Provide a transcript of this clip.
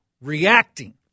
reacting